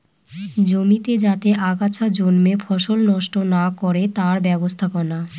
জমিতে যাতে আগাছা জন্মে ফসল নষ্ট না করে তার ব্যবস্থাপনা